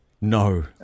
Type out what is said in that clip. No